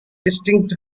distinct